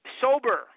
sober